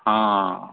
हां